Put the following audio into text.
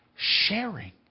Sharing